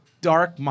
Dark